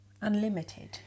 unlimited